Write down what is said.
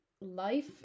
life